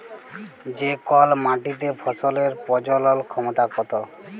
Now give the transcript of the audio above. যে কল মাটিতে ফসলের প্রজলল ক্ষমতা কত